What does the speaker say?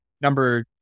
Number